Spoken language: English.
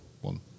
one